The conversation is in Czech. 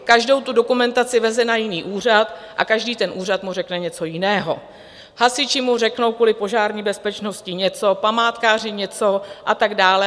Každou dokumentaci veze na jiný úřad a každý úřad mu řekne něco jiného hasiči mu řeknou kvůli požární bezpečnosti něco, památkáři něco a tak dále.